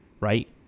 right